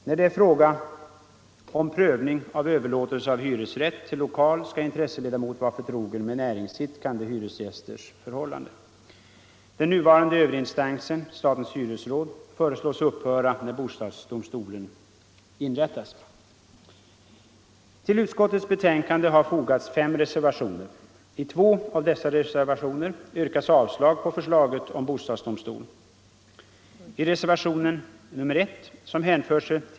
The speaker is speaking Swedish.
När det är fråga om prövning av överlåtelse av hyresrätt till lokal skall en styrelseledamot vara förtrogen med näringsidkande hyresgästers förhållanden. Till utskottets betänkande har fogats fem reservationer. I två av dem yrkas avslag på förslaget om bostadsdomstol.